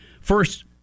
first